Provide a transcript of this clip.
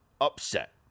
upset